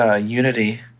unity